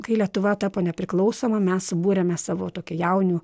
kai lietuva tapo nepriklausoma mes subūrėme savo tokia jaunių